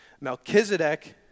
Melchizedek